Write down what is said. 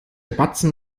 batzen